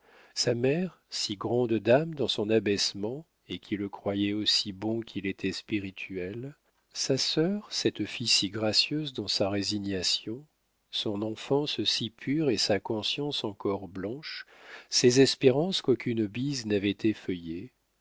sa mère si grande dame dans son abaissement et qui le croyait aussi bon qu'il était spirituel sa sœur cette fille si gracieuse dans sa résignation son enfance si pure et sa conscience encore blanche ses espérances qu'aucune bise n'avait effeuillées